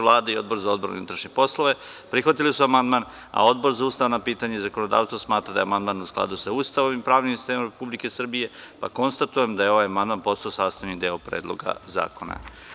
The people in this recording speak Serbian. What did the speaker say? Vlada i Odbor za odbranu i unutrašnje poslove prihvatili su amandman, a Odbor za ustavna pitanja i zakonodavstvo smatra da je amandman u skladu sa Ustavom i pravnim sistemom Republike Srbije, pa konstatujem da je ovaj amandman postao sastavni deo Predloga zakona.